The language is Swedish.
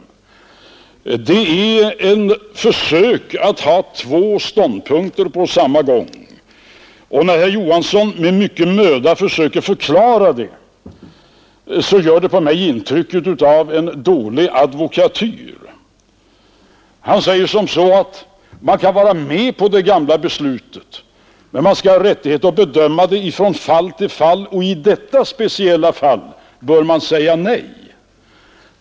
Det är ett försök att inta två ståndpunkter på samma gång, och när herr Johansson med mycken möda söker förklara detta gör det på mig intrycket av dålig advokatyr. Han säger som så, att man kan vara med på det gamla beslutet, men man skall ha rättighet att bedöma det från fall till fall och i detta speciella fall bör man säga nej.